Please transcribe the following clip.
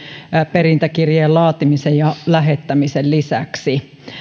perintäkirjeen laatimisen ja lähettämisen lisäksi